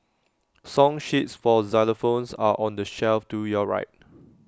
song sheets for xylophones are on the shelf to your right